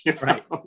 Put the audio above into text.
Right